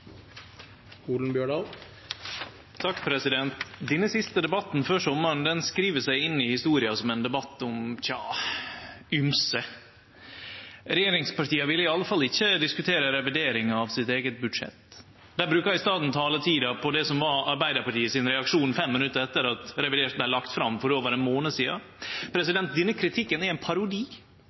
siste debatten før sommaren skriv seg inn i historia som ein debatt om ymse. Regjeringspartia vil iallfall ikkje diskutere revidering av sitt eige budsjett. Dei brukar i staden taletida på det som var Arbeidarpartiets reaksjon fem minutt etter at revidert vart lagt fram for over ein månad sidan. Denne kritikken er ein parodi.